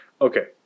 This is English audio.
Okay